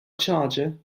charger